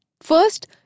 First